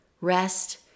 Rest